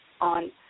on